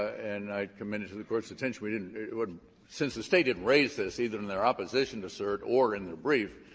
and i commend it to the court's attention. we didn't it wasn't since the state had raised this, either in their opposition to cert or in their brief,